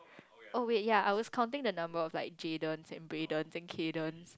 oh wait ya I was counting the number of like Jaydens and Braydens and Caydens